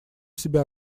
себя